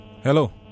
Hello